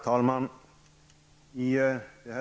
Herr talman!